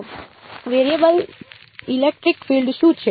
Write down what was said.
તો variable electric field શું છે